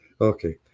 Okay